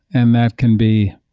and that can be